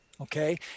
okay